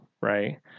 right